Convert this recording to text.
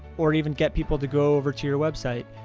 or even get people to go over to your website.